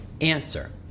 answer